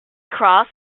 cross